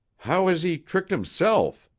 how has he tricked himself?